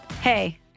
Hey